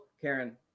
Karen